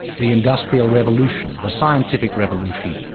the industrial revolution, the scientific revolution,